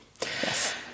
Yes